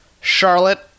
Charlotte